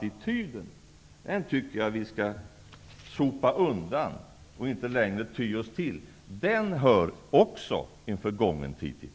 Jag tycker att ni skall sopa undan er förmyndarattityd. Också den hör en förgången tid till.